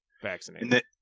vaccinated